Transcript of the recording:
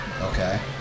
Okay